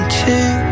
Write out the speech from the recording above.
two